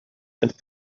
and